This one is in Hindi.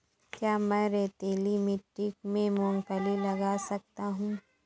क्या मैं रेतीली मिट्टी में मूँगफली लगा सकता हूँ?